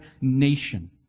nation